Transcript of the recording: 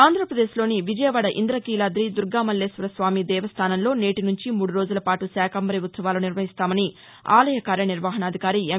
ఆంధ్రప్రదేశ్లోని విజయవాడ ఇంద్రకీలాది దుర్గా మల్లేశ్వరస్వామి దేవస్థానంలో నేటి నుంచి మూడు రోజులపాటు శాకంబరీ ఉత్సవాలు నిర్వహిస్తామని ఆలయ కార్యనిర్వహణాధికారి ఎం